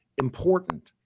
Important